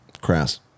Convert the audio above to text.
Crass